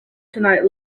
tonight